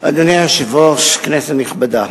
אדוני היושב-ראש, כנסת נכבדה,